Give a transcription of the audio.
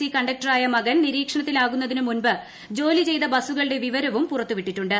C കണ്ടക്ടറായ മകൻ നിരീക്ഷണത്തിലാകുന്നതിനു മുൻപ് ജോലി ചെയ്ത ബസ്സുകളുടെ വിവരവും പുറത്തു വിട്ടിട്ടുണ്ട്